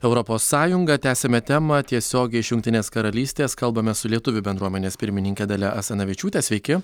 europos sąjunga tęsiame temą tiesiogiai iš jungtinės karalystės kalbamės su lietuvių bendruomenės pirmininke dalia asanavičiūte sveiki